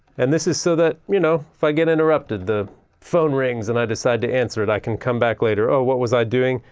and this is so that, you know, if i get interrupted, the phone rings and i decide to answer it, i can come back later oh what was i doing?